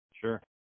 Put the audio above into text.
Sure